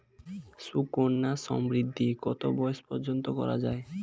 সুকন্যা সমৃদ্ধী কত বয়স পর্যন্ত করা যায়?